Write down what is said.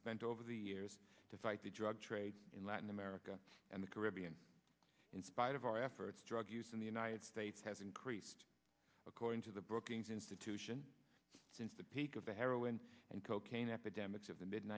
spent over the years to fight the drug trade in latin america and the caribbean in spite of our efforts drug use in the united states has increased according to the brookings institution since the peak of the heroin and cocaine epidemics